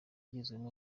bigizwemo